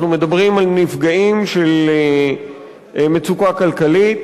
אנחנו מדברים על נפגעים של מצוקה כלכלית,